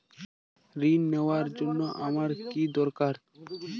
ঋণ নেওয়ার জন্য আমার কী দরকার?